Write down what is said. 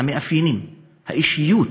המאפיינים, האישיות